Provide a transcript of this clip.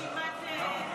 רגע, יש רשימת --- לא.